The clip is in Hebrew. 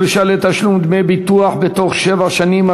דרישה לתשלום דמי ביטוח בתוך שבע שנים),